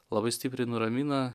labai stipriai nuramina